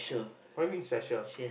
what do you mean special